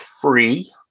free